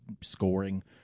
scoring